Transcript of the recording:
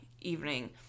evening